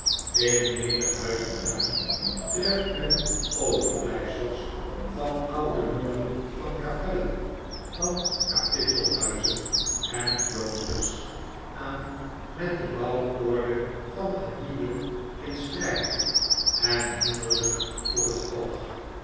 in menig huis of tuin treft men overblijfsels van oude muren van kapellen van kapittelhuizen en kloosters aan met de bouworde van het nieuwe in stryd en hinderlyk voor het oog